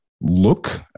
Look